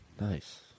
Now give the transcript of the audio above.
Nice